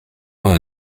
vingt